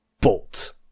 bolt